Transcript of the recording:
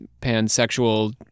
pansexual